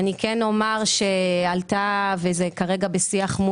אני מאמין לכם, הכול בסדר.